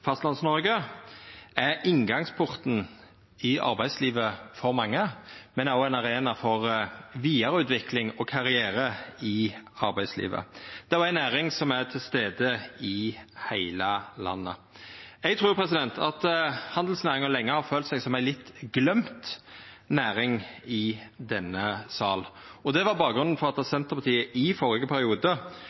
er inngangsporten til arbeidslivet for mange, men òg ein arena for vidareutvikling og karriere i arbeidslivet. Det er ei næring som er til stades i heile landet. Eg trur handelsnæringa lenge har følt seg som ei litt gløymd næring i denne salen, og det var bakgrunnen for at Senterpartiet i førre periode